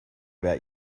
about